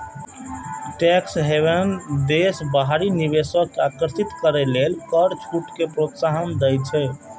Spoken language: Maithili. टैक्स हेवन देश बाहरी निवेश कें आकर्षित करै लेल कर छूट कें प्रोत्साहन दै छै